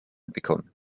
bekommen